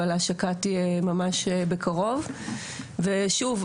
אבל ההשקה תהיה ממש בקרוב ושוב,